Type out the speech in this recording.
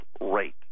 rate